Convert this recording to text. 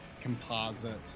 composite